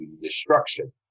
destruction